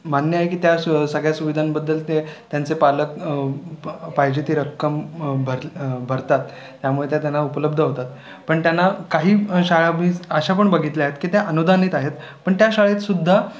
मान्य आहे की त्या सु सगळ्या सुविधांबद्दल ते त्यांचे पालक प पाहिजे ती रक्कम भरलं भरतात त्यामुळे त्या त्यांना उपलब्ध होतात पण त्यांना काही शाळा मीच अशा पण बघितल्यात की त्या अनुदानित आहेत पण त्या शाळेतसुद्धा